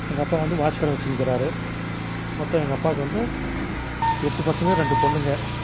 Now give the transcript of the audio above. எங்கள் அப்பா வந்து வாட்ச் கடை வச்சுன்னுக்குறாரு மொத்தம் எங்கள் அப்பாக்கு வந்து எட்டு பசங்க ரெண்டு பொண்ணுங்கள்